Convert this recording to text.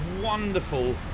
wonderful